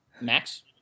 Max